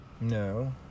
No